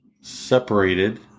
separated